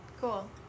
Cool